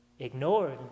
Ignored